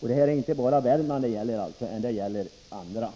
Och det gäller i det senare fallet inte bara Värmlands län utan även